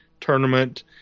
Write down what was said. tournament